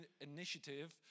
initiative